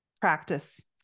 practice